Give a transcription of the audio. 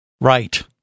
Right